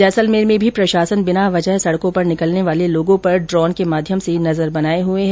जैसलमेर में भी प्रशासन बिना वजह सड़कों पर निकलने वाले लोगों पर ड्रोन के माध्यम से नजर बनाये हुए है